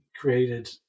created